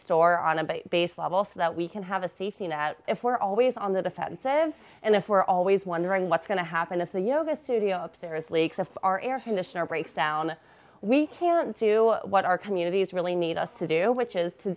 store on a base level so that we can have a safety net if we're always on the defensive and if we're always wondering what's going to happen if the yoga studio upstairs leaks if our air conditioner breaks down we can't to what our communities really need us to do which is to